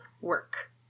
work